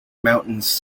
mountains